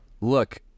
Look